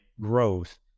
growth